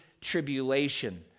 tribulation